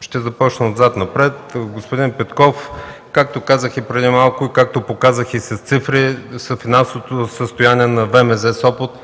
Ще започна отзад напред – към господин Петков. Както казах и преди малко, както показах и с цифри – финансовото състояние на ВМЗ – Сопот,